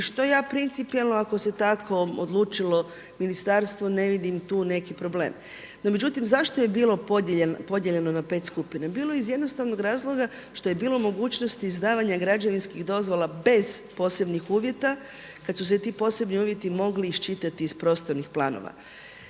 I što ja principijelno ako se tako odlučilo Ministarstvo ne vidim tu neki problem. No međutim zašto je bilo podijeljeno na 5 skupina? Bilo je iz jednostavnog razlog što je bilo mogućnosti izdavanja građevinskih dozvola bez posebnih uvjete kada su se ti posebni uvjeti mogli iščitati iz prostornih planova.